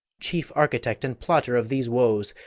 chief architect and plotter of these woes.